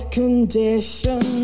condition